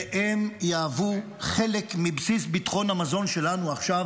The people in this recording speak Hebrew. והם יהוו חלק מבסיס ביטחון המזון שלנו עכשיו,